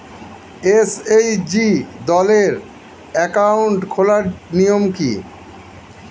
SHG দলের account খোলার নিয়ম কী?